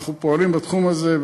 אנחנו פועלים בתחום הזה,